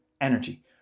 energy